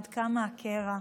עד כמה הקרע.